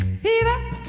Fever